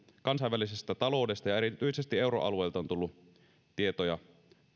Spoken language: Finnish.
kansainvälisestä taloudesta ja erityisesti euroalueelta on tullut tietoja